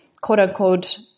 quote-unquote